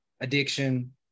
addiction